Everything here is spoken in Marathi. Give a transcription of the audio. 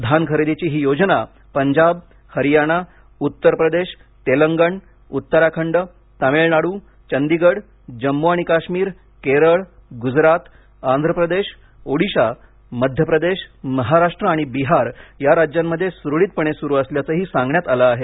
धान खरेदीची ही योजना पंजाब हरियाना उत्तर प्रदेश तेलंगण उत्तराखंड तामिळनाडू चंडीगड जम्मू आणि काश्मिर केरळ गुजरात आंध्रप्रदेश ओडिशा मध्य प्रदेश महाराष्ट्र आणि बिहार या राज्यांमध्ये सुरळीतपणे सुरू असल्याचंही सांगण्यात आलं आहे